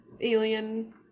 alien